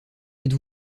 êtes